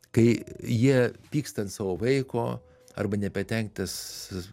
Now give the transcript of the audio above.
kai jie pyksta ant savo vaiko arba nepatenkintas